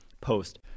post